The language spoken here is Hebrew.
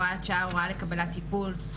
הוראת שעה) (הוראה לקבלת טיפול),